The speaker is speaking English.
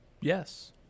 Yes